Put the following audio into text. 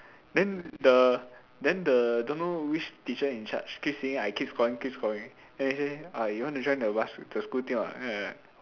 then the then the don't know which teacher in charge keep seeing I keep scoring keep scoring then he say uh you want to join the bask~ the school team or not then I like